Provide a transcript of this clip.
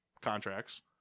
contracts